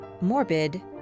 Morbid